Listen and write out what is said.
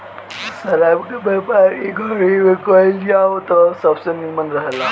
शराब के व्यापार इ घड़ी में कईल जाव त सबसे निमन रहेला